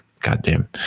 Goddamn